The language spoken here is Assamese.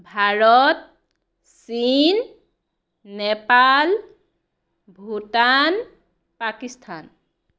ভাৰত চীন নেপাল ভূটান পাকিস্থান